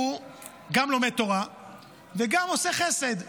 הוא גם לומד תורה וגם עושה חסד.